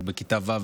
הוא בכיתה ו',